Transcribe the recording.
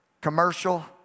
commercial